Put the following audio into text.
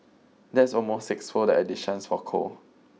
that's almost sixfold the additions for coal